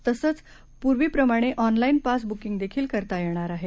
तसंच पूर्वी प्रमाणे ऑनलाइन पास बुकिंग देखील करता येणार आहे